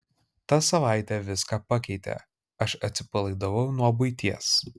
ta savaitė viską pakeitė aš atsipalaidavau nuo buities